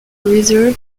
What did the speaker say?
reserve